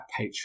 Patreon